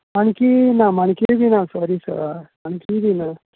माणकी ना माणकी बी ना सोरी होय ती बी ना